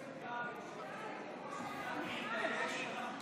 אנחנו לא מתביישים.